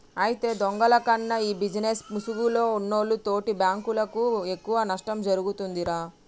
అయితే దొంగల కన్నా ఈ బిజినేస్ ముసుగులో ఉన్నోల్లు తోటి బాంకులకు ఎక్కువ నష్టం ఒరుగుతుందిరా